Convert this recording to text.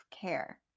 care